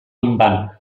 minvant